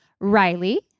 Riley